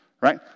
right